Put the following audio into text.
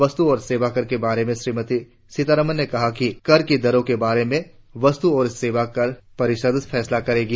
वस्तु और सेवाकर के बारे में श्रीमती सीतारमन ने कहा कि कर की दरों के बारे में वस्तु और सेवा कर परिषद फैसला करेगी